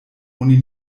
oni